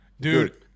dude